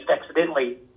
accidentally